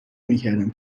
نمیکردم